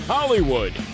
Hollywood